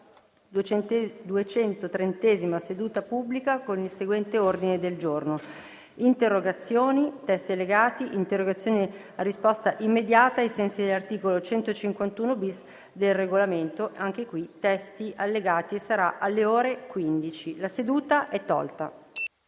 La seduta è tolta